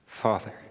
Father